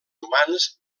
humans